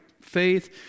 faith